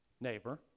neighbor